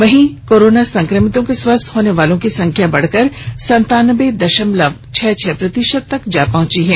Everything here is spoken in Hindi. वहीं राज्य में कोरोना संक्रमितों के स्वस्थ होने वाले लोगों की संख्या बढ़कर संतानब्बे दशमलव छह छह प्रतिशत तक जा पहुंची है